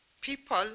people